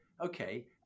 okay